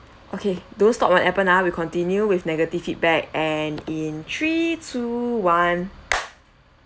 okay don't stop on Appen ah we continue with negative feedback and in three two one